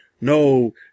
no